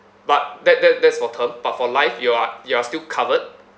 but that that that's for term but for life you are you are still covered